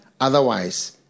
Otherwise